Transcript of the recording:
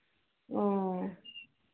ओ